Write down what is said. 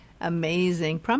amazing